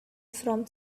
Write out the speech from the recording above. from